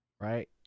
right